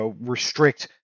restrict